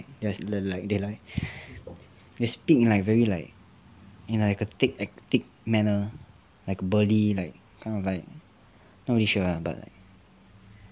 just like they like they speak like very like in like thick acc- thick manner like a burly like I don't know like not really sure ah but like